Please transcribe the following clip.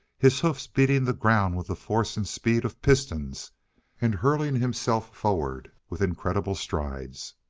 his hoofs beating the ground with the force and speed of pistons and hurling himself forward with incredible strides.